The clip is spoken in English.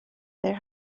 there